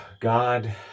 God